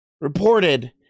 reported